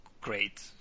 great